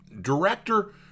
Director